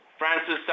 Francis